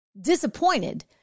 disappointed